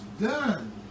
done